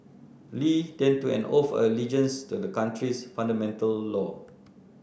Li then took an oath of allegiance to the country's fundamental law